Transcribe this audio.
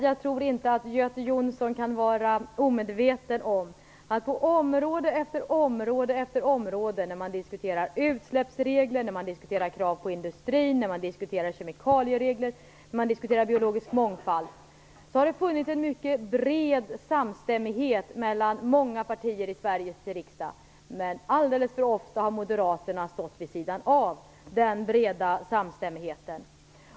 Jag tror inte att Göte Jonsson kan vara omedveten om att det har funnits en mycket bred samstämmighet mellan många partier i Sveriges riksdag på område efter område - när man har diskuterat utsläppsregler, krav på industrin, kemikalieregler och biologisk mångfald - men att moderaterna alldeles för ofta har stått vid sidan om den breda samstämmigheten.